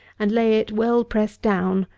and lay it, well pressed down,